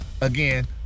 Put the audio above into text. Again